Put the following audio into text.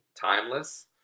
timeless